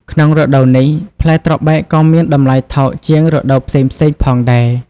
ក្នុងរដូវនេះ ផ្លែត្របែកក៏មានតម្លៃថោកជាងរដូវផ្សេងៗផងដែរ។